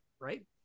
right